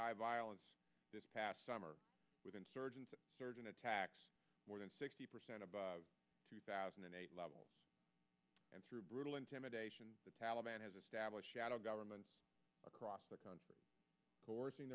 high violence this past summer with insurgents surge in attacks more than sixty percent of the two thousand and eight levels and through brutal intimidation the taliban has established shadow governments across the country forcing